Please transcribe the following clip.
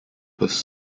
was